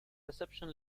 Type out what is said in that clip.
reception